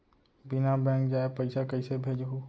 बिना बैंक जाये पइसा कइसे भेजहूँ?